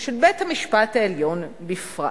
ושל בית-המשפט העליון בפרט.